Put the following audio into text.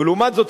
ולעומת זאת,